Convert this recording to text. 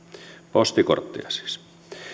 postikortteja siis